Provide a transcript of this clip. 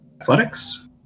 Athletics